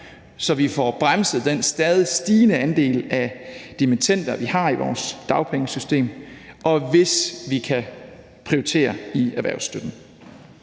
så vi får bremset den stadig stigende andel af dimittender, vi har i vores dagpengesystem; og hvis vi kan prioritere i erhvervsstøtten.